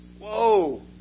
Whoa